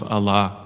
Allah